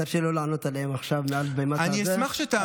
תרשה לי לא לענות עליהן עכשיו מעל בימת היו"ר,